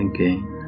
Again